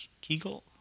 Kegel